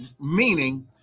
Meaning